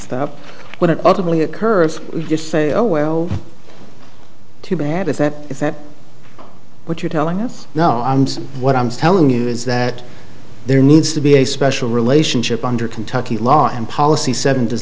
stuff when it ultimately occurs we just say oh well too bad is that is that what you're telling us no what i'm telling you is that there needs to be a special relationship under kentucky law and policy seven does